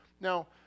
Now